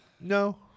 No